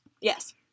yes